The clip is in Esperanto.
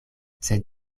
sed